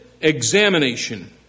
Examination